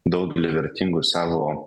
daugelį vertingų savo